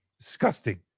Disgusting